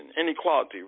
inequality